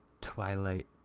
Twilight